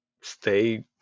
stay